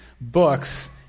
books